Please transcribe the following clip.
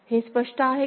हे स्पष्ट आहे का